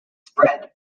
spread